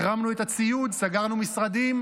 החרמנו את הציוד, סגרנו משרדים,